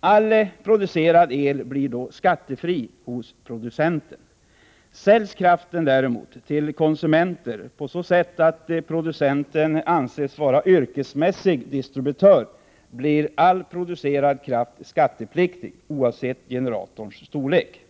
All producerad el blir då skattefri hos producenten. Säljs kraften däremot till konsumenter på så sätt att producenten anses vara yrkesmässig distributör blir all producerad kraft skattepliktig, oavsett generatorns storlek.